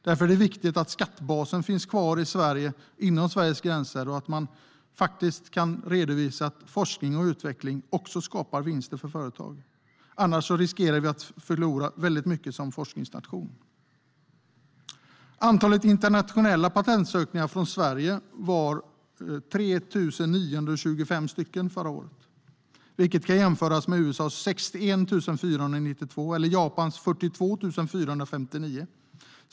Därför är det viktigt att skattebasen finns kvar inom Sveriges gränser och att det går att redovisa att forskning och utveckling också skapar vinster för företag. Annars riskerar Sverige att förlora mycket som forskningsnation. Antalet internationella patentansökningar från Sverige var förra året 3 925, vilket kan jämföras med USA:s 61 492 eller Japans 42 459.